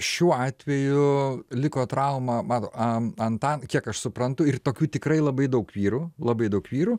šiuo atveju liko trauma matot anta kiek aš suprantu ir tokių tikrai labai daug vyrų labai daug vyrų